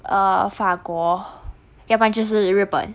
uh 法国要不然就是日本